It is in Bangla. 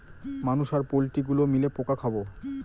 মানুষ আর পোল্ট্রি গুলো মিলে পোকা খাবো